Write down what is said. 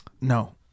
No